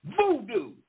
Voodoo